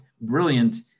brilliant